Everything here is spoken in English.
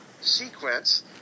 sequence